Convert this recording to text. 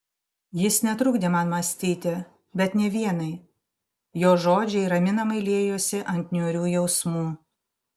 jis netrukdė man mąstyti bet ne vienai jo žodžiai raminamai liejosi ant niūrių jausmų